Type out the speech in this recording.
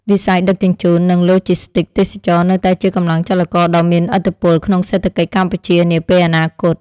វិស័យដឹកជញ្ជូន និងឡូជីស្ទីកទេសចរណ៍នៅតែជាកម្លាំងចលករដ៏មានឥទ្ធិពលក្នុងសេដ្ឋកិច្ចកម្ពុជានាពេលអនាគត។